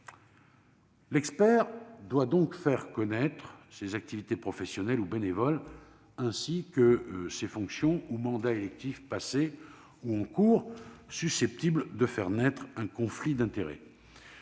L'expert doit donc faire connaître ses activités professionnelles ou bénévoles, ainsi que ses fonctions ou mandats électifs, passés ou en cours, susceptibles de faire naître un conflit d'intérêts.